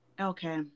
okay